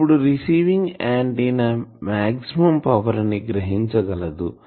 అప్పుడు receiving antenna maximum power ని గ్రహించగలదు